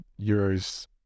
Euros